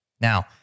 Now